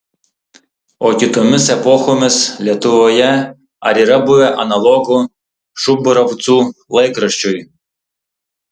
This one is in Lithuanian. o kitomis epochomis lietuvoje ar yra buvę analogų šubravcų laikraščiui